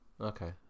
Okay